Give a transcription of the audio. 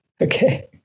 Okay